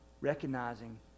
recognizing